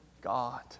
God